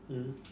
mm